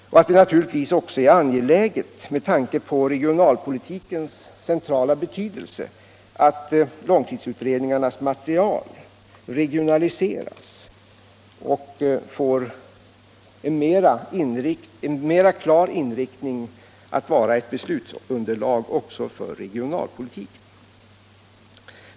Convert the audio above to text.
Naturligtvis är det också angeläget med tanke på regionalpolitikens betydelse att långtidsutredningarnas material regionaliseras och får en mera klar inriktning på att vara ett beslutsunderlag också för regionalpolitiken.